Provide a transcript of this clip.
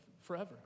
forever